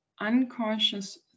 unconscious